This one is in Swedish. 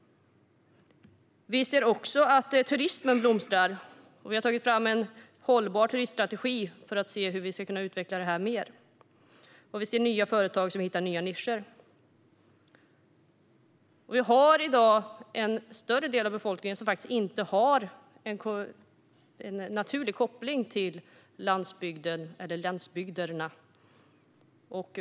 Vi ser att turismen blomstrar. Vi har tagit fram en hållbar turiststrategi för att se hur vi ska kunna utveckla den mer. Vi ser nya företag som hittar nya nischer. Vi har i dag en större del av befolkningen som inte har en naturlig koppling till landsbygderna.